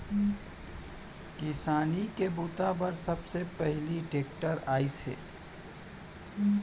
किसानी के बूता बर सबले पहिली टेक्टर आइस हे